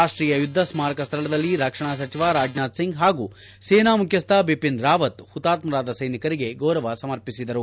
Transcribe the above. ರಾಷ್ಟೀಯ ಯುದ್ದ ಸ್ನಾರಕ ಸ್ಥಳದಲ್ಲಿ ರಕ್ಷಣಾ ಸಚಿವ ರಾಜನಾಥ್ ಸಿಂಗ್ ಹಾಗೂ ಸೇನಾ ಮುಖ್ಯಸ್ವ ಬಿಪಿನ್ ರಾವತ್ ಹುತಾತ್ನರಾದ ಸ್ಟೆನಿಕರಿಗೆ ಗೌರವ ಸಮರ್ಪಿಸಿದರು